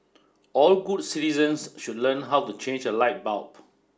all good citizens should learn how to change a light bulb